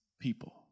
people